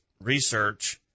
research